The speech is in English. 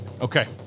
Okay